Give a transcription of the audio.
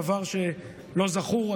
דבר שלא זכור,